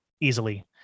easily